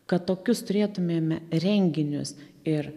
kad tokius turėtumėme renginius ir